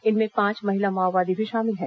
इनमें पांच महिला माओवादी भी शामिल हैं